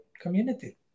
community